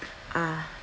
ah